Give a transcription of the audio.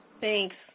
Thanks